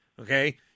Okay